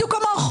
בדיוק כמוך.